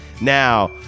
Now